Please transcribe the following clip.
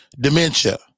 dementia